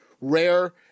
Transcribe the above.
rare